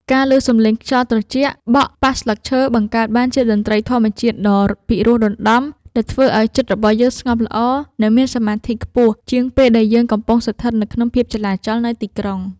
ការឮសំឡេងខ្យល់ត្រជាក់បក់ប៉ះស្លឹកឈើបង្កើតបានជាតន្ត្រីធម្មជាតិដ៏ពិរោះរណ្ដំដែលធ្វើឱ្យចិត្តរបស់យើងស្ងប់ល្អ និង មានសមាធិខ្ពស់ជាងពេលដែលយើងកំពុងស្ថិតនៅក្នុងភាពចលាចលនៃទីក្រុង។